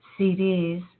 CDs